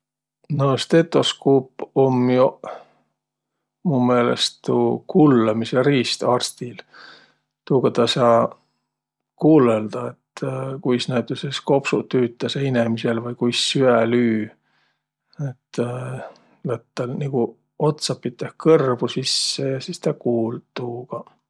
No stetoskuup um joq mu meelest tuu kullõmisõ riist arstil. Tuuga tä saa kullõldaq, et kuis näütüses kopsuq tüütäseq inemisel vai kuis süä lüü. Et lätt täl nigu otsapiteh kõrvu sisse ja sis tä kuuld tuugaq.